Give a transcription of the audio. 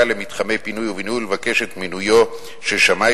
למתחמי פינוי ובינוי ולבקש את מינויו של שמאי